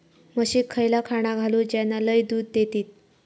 म्हशीक खयला खाणा घालू ज्याना लय दूध देतीत?